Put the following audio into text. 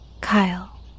Kyle